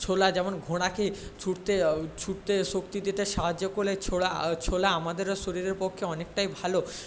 ছোলা যেমন ঘোড়াকে ছুটতে ছুটতে শক্তি দিতে সাহায্য করে ছোড়া ছোলা আমাদেরও শরীরের পক্ষে অনেকটাই ভালো